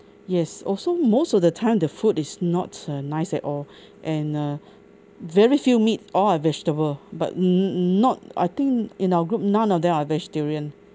yes also most of the time the food is not uh nice at all and uh very few meat all are vegetable but n~ n~ not I think in our group none of them are vegetarian